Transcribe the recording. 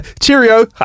Cheerio